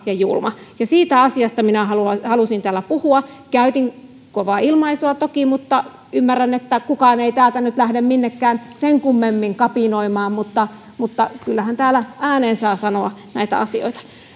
ja julma ja siitä asiasta minä halusin täällä puhua käytin kovaa ilmaisua toki mutta ymmärrän että kukaan ei täältä nyt lähde minnekään sen kummemmin kapinoimaan mutta mutta kyllähän täällä ääneen saa sanoa näitä asioita